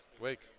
Wake